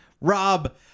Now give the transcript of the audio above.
Rob